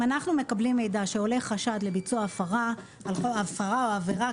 אם אנחנו מקבלים מידע שעולה חשד לביצוע הפרה או עבירה,